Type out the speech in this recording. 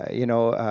you know,